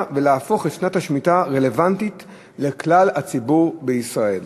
ולהפוך את שנת השמיטה רלוונטית לכלל הציבור בישראל.